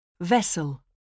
Vessel